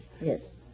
Yes